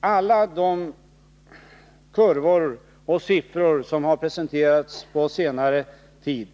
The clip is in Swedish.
Alla kurvor och siffror som presenterats på senare tid